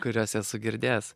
kuriuos esu girdėjęs